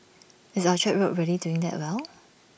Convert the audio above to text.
is Orchard road really doing that well